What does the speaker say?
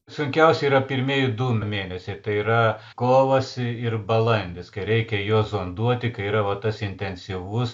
sunkiausi yra pirmieji du mėnesiai tai yra kovas ir balandis kai reikia juos zonduoti kai yra va tas intensyvus